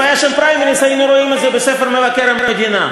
אם היו שם פריימריז היינו רואים את זה בספר מבקר המדינה.